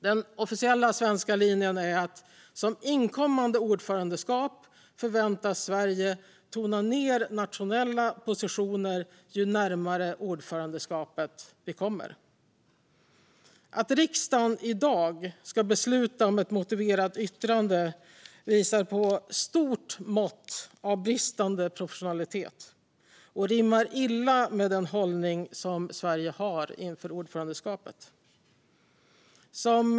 Den officiella svenska linjen är: Som inkommande ordförandeskap förväntas Sverige tona ned nationella positioner ju närmare ordförandeskapet vi kommer. Att riksdagen i dag ska besluta om ett motiverat yttrande visar på ett stort mått av bristande professionalitet och rimmar illa med den hållning som Sverige har inför ordförandeskapet.